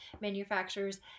manufacturers